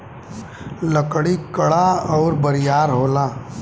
लकड़ी कड़ा अउर बरियार होला